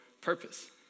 purpose